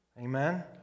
Amen